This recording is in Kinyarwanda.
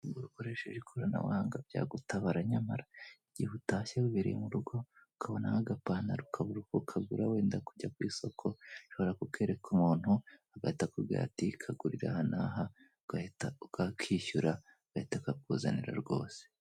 Ukoresheje ikorana buhanga byagutabara nyamara igihe utashye wibereye mu rugo ukabona nk’ agapantaro ukabura uko ukagura wenda kujya k’isoko ushobora kukwereka umuntu agahita akubwira kagurira aha n'aha ugahita ukakishyura agahita kakuzanira rwose.